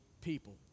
people